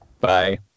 Bye